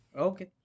Okay